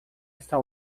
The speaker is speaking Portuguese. está